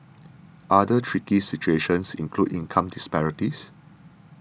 other tricky situations include income disparities